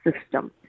system